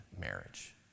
marriage